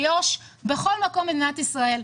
יהודה ושומרון וכל מדינת ישראל.